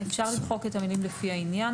אפשר למחוק את המילים: "לפי העניין",